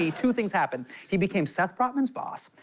two things happened. he became seth frotman's boss,